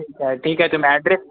ठीकं ठीक आहे तुम्ही ॲड्रेस